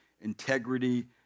integrity